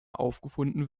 aufgefunden